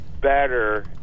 better